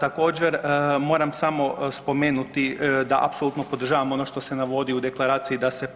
Također, moram samo spomenuti da apsolutno podržavam ono što se navodi u deklaraciji da se